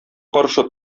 каршы